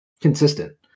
consistent